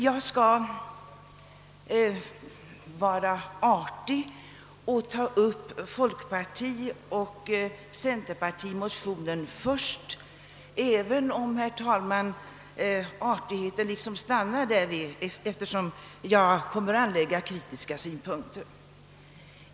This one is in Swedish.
Jag skall vara artig och ta upp folkpartioch centerpartimotionen först, även om artigheten stannar därvid, herr talman, eftersom jag kommer att anföra kritiska synpunkter.